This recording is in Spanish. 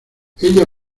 ella